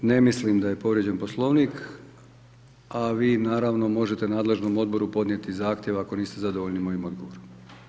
Ne mislim da je povrijeđen Poslovnik, a vi naravno možete nadležnom odboru podnijeti zahtjev ako niste zadovoljni mojim odgovorom.